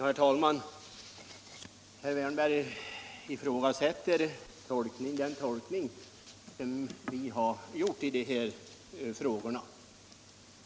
Herr talman! Herr Wärnberg ifrågasätter den tolkning som vi har gjort i de här frågorna.